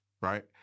right